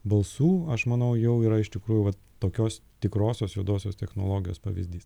balsų aš manau jau yra iš tikrųjų vat tokios tikrosios juodosios technologijos pavyzdys